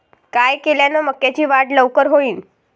काय केल्यान मक्याची वाढ लवकर होईन?